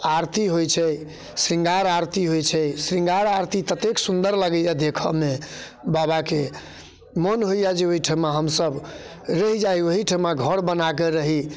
आरती होइत छै श्रृंगार आरती होइत छै श्रृंगार आरती ततेक सुन्दर लगैए देखयमे बाबाके मोन होइए जे ओहिठमा हमसभ रहि जाय ओहिठिमा घर बना कऽ रही